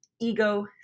ego